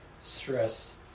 Stress